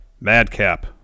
Madcap